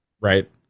right